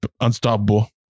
unstoppable